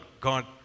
God